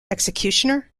executioner